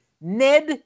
Ned